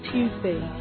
Tuesday